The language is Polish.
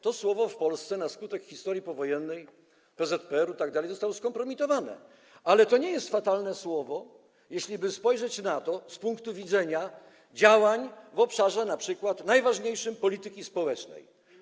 To słowo w Polsce na skutek historii powojennej, PZPR itd. zostało skompromitowane, ale to nie jest fatalne słowo, jeśliby spojrzeć na to z punktu widzenia działań np. w najważniejszym obszarze - polityki społecznej.